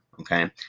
Okay